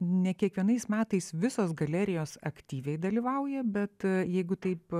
ne kiekvienais metais visos galerijos aktyviai dalyvauja bet jeigu taip